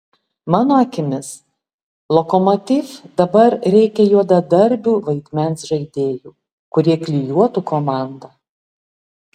mano akimis lokomotiv dabar reikia juodadarbių vaidmens žaidėjų kurie klijuotų komandą